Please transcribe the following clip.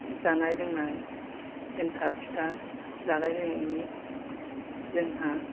जानाय लोंनाय एन्थाब फिथा जानायलायनायनि जोंहा